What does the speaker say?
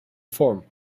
form